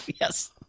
Yes